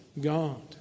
God